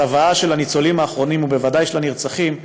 הצוואה של הניצולים האחרונים, ובוודאי של הנרצחים,